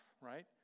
Right